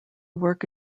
work